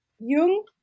Jung